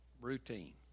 routine